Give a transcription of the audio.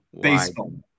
Baseball